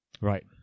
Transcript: Right